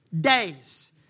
days